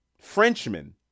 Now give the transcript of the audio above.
Frenchman